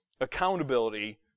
accountability